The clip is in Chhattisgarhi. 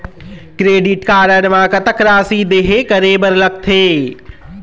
क्रेडिट कारड म कतक राशि देहे करे बर लगथे?